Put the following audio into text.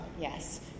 Yes